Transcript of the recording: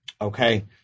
Okay